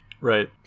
right